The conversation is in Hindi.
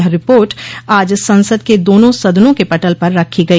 यह रिपोर्ट आज संसद के दोनों सदनों के पटल पर रखी गई